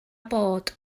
bod